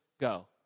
go